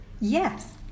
Yes